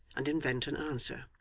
and invent an answer.